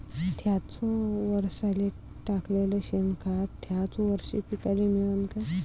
थ्याच वरसाले टाकलेलं शेनखत थ्याच वरशी पिकाले मिळन का?